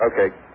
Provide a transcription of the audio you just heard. Okay